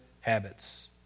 habits